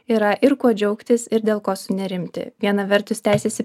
yra ir kuo džiaugtis ir dėl ko sunerimti viena vertus tęsiasi